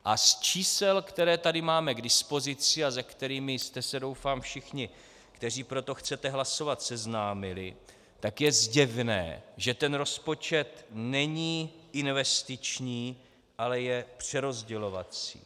A z čísel, které tady máme k dispozici a se kterými jste se, doufám, všichni, kteří pro to chcete hlasovat, seznámili, tak je zjevné, že ten rozpočet není investiční, ale je přerozdělovací.